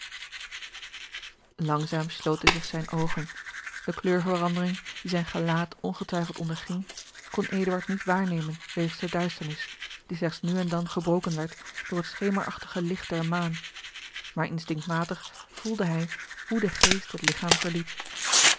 langzaam sloten zich zijne oogen de kleurverandering die zijn gelaat ongetwijfeld onderging kon eduard niet waarnemen wegens de duisternis die slechts nu en dan gebroken werd door het schemerachtige licht der maan maar instinctmatig voelde hij hoe de geest het ligchaam verliet